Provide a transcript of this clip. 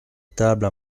table